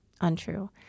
Untrue